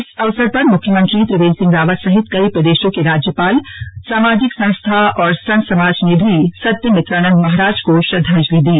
इस अवसर पर मुख्यमंत्री त्रिवेन्द्र सिहं रावत सहित कई प्रदेशों के राज्यपाल सामाजिक संस्था और संत समाज ने भी सत्यमित्रानन्द महाराज को श्रद्दाजंलि दी